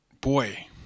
boy